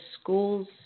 schools